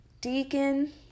deacon